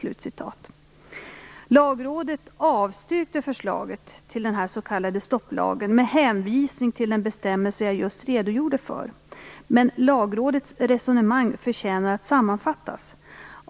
Lagrådet avstyrkte förslaget till den s.k. stopplagen med hänvisning till den bestämmelse jag just redogjorde för. Lagrådets resonemang förtjänar att sammanfattas.